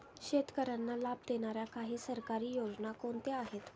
शेतकऱ्यांना लाभ देणाऱ्या काही सरकारी योजना कोणत्या आहेत?